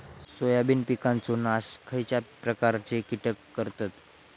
Soybean पिकांचो नाश खयच्या प्रकारचे कीटक करतत?